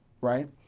right